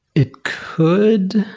it could.